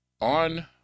on